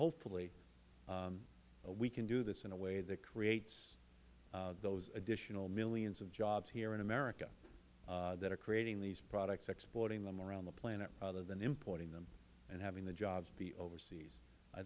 hopefully we can do this in a way that creates those additional millions of jobs here in america that are creating these products exporting them around the planet rather than importing them and having the jobs be overseas i